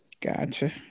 Gotcha